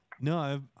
No